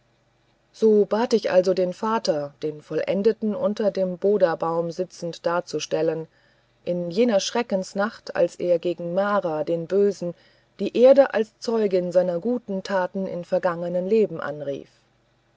so bat ich also den vater den vollendeten unter dem bobaum sitzend darzustellen in jener schreckensnacht als er gegen mara den bösen die erde als zeugin seiner guten taten in vergangenen leben anrief